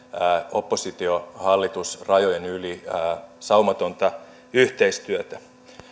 oppositio hallitus rajan yli saumatonta yhteistyötä